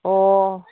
ꯑꯣ